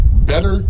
better